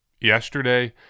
yesterday